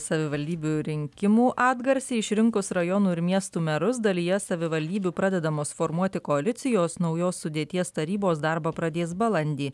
savivaldybių rinkimų atgarsiai išrinkus rajonų ir miestų merus dalyje savivaldybių pradedamos formuoti koalicijos naujos sudėties tarybos darbą pradės balandį